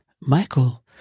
Michael